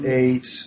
eight